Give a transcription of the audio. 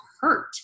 hurt